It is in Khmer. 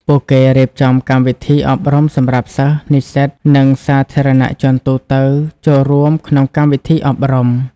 ពួកគេរៀបចំកម្មវិធីអប់រំសម្រាប់សិស្ស និស្សិត និងសាធារណជនទូទៅចូលរួមក្នុងកម្មវិធីអប់រំ។